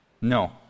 No